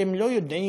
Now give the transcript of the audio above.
אתם לא יודעים